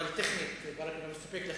מסתפק, אבל טכנית ברכה לא מסתפק, ולכן